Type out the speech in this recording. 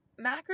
macros